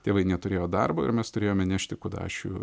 tėvai neturėjo darbo ir mes turėjome nešti kudašių